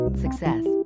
Success